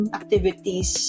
activities